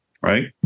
right